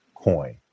Coin